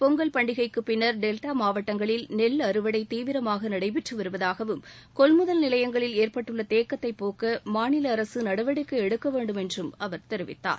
பொங்கல் பண்டிகைக்குப் பின்னர் டெல்டா மாவட்டங்களில் நெல் அறுவடை தீவிரமாக நடைபெற்று வருவதாகவும் கொள்முதல் நிலையங்களில் ஏற்பட்டுள்ள தேக்கத்தைப் போக்க மாநில அரசு நடவடிக்கை எடுக்க வேண்டும் என்றும் அவர் தெரிவித்தார்